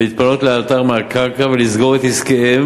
להתפנות לאלתר מהקרקע ולסגור את עסקיהם